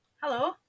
Hello